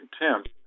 contempt